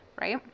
right